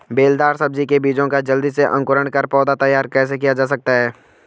बेलदार सब्जी के बीजों का जल्दी से अंकुरण कर पौधा तैयार कैसे किया जा सकता है?